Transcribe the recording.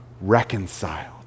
reconciled